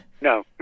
No